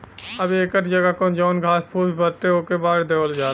अब एकर जगह जौन घास फुस बचे ओके बार देवल जाला